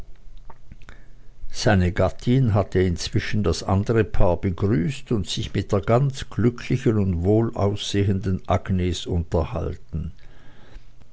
seine gattin hatte inzwischen das andere paar begrüßt und sich mit der ganz glücklichen und wohlaussehenden agnes unterhalten